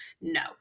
No